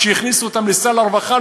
שהכניסו אותם לסל הרווחה,